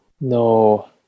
No